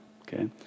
okay